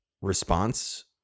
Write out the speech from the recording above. response